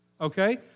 okay